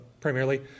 primarily